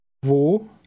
Wo